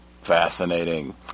Fascinating